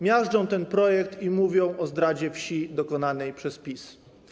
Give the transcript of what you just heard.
Miażdżą ten projekt i mówią o zdradzie wsi dokonanej przez PiS.